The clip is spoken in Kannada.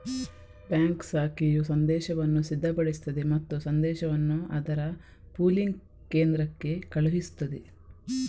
ಬ್ಯಾಂಕ್ ಶಾಖೆಯು ಸಂದೇಶವನ್ನು ಸಿದ್ಧಪಡಿಸುತ್ತದೆ ಮತ್ತು ಸಂದೇಶವನ್ನು ಅದರ ಪೂಲಿಂಗ್ ಕೇಂದ್ರಕ್ಕೆ ಕಳುಹಿಸುತ್ತದೆ